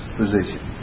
position